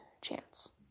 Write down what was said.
chance